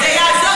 זה בור ללא תחתית.